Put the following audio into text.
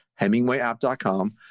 HemingwayApp.com